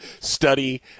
study